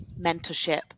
mentorship